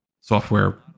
Software